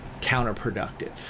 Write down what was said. counterproductive